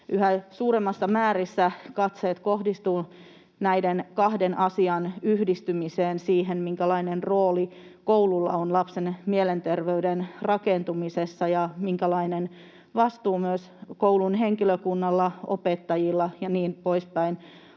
yhä suuremmassa määrissä katseet kohdistuvat näiden kahden asian yhdistymiseen, siihen, minkälainen rooli koululla on lapsen mielenterveyden rakentumisessa ja minkälainen vastuu myös koulun henkilökunnalla, opettajilla ja niin poispäin